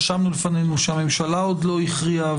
רשמנו לפנינו שהממשלה עוד לא הכריעה,